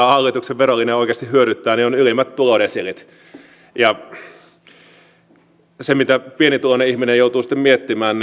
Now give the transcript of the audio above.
hallituksen verolinja oikeasti hyödyttää ovat ylimmät tulodesiilit se mitä pienituloinen ihminen joutuu sitten miettimään